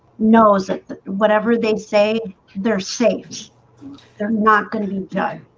knows that whatever they say they're safe they're not going to be done.